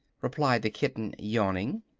replied the kitten, yawning.